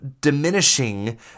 diminishing